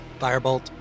Firebolt